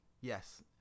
yes